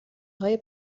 های